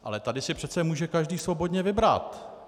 Ale tady si přece může každý svobodně vybrat.